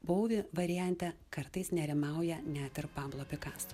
bouvi variante kartais nerimauja net ir pablo pikaso